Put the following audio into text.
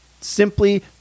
simply